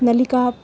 नलिकाम्